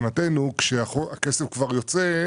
הכסף כבר יצא,